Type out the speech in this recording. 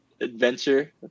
adventure